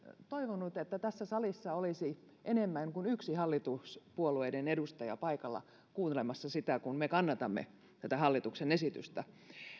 toivonut että tässä salissa olisi enemmän kuin yksi hallituspuolueiden edustaja paikalla kuuntelemassa sitä kun me kannatamme tätä hallituksen esitystä